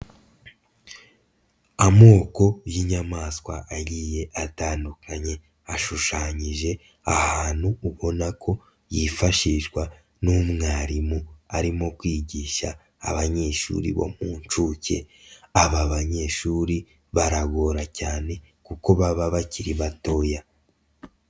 Amoko y'inyamaswa agiye atandukanye, ashushanyije ahantu ubona ko yifashishwa n'umwarimu, arimo kwigisha abanyeshuri bo mu nshuke, aba banyeshuri baragora cyane kuko baba bakiri batoya.